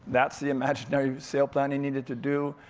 that's the imaginary sail plan he needed to do.